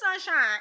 sunshine